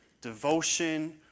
devotion